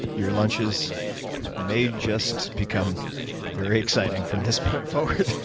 your lunches may just become very exciting from this point forward.